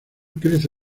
crece